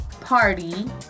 party